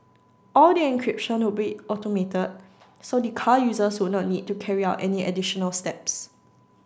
all the encryption would be automated so the car users would not need to carry out any additional steps